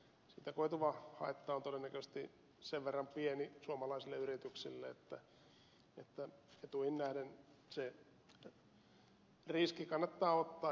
siitä koituva haitta on todennäköisesti sen verran pieni suomalaisille yrityksille että etuihin nähden se riski kannattaa ottaa